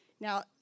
Now